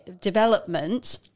development